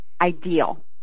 ideal